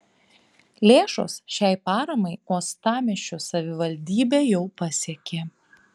lėšos šiai paramai uostamiesčio savivaldybę jau pasiekė